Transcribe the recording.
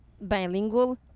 bilingual